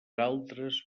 altres